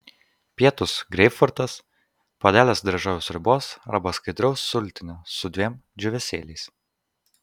pietūs greipfrutas puodelis daržovių sriubos arba skaidraus sultinio su dviem džiūvėsėliais